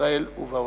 בישראל ובעולם.